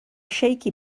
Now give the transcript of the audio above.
shaky